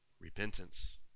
repentance